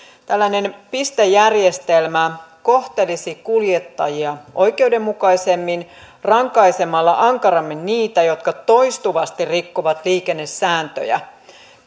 tällainen pistejärjestelmä kohtelisi kuljettajia oikeudenmukaisemmin rankaisemalla ankarammin niitä jotka toistuvasti rikkovat liikennesääntöjä